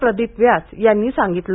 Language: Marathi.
प्रदीप व्यास यांनी सांगितलं